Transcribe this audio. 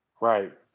Right